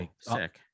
sick